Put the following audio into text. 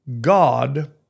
God